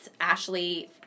Ashley